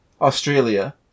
Australia